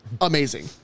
amazing